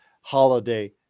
Holiday